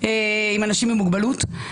עם אנשים עם מוגבלות,